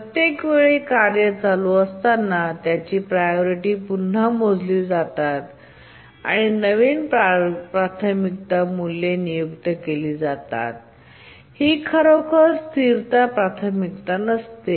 प्रत्येक वेळी कार्य चालू असताना त्याची प्रायोरिटी पुन्हा मोजली जातात आणि नवीन प्राथमिकता मूल्ये नियुक्त केली जातात आणि ही खरोखर स्थिरता प्राथमिक नसते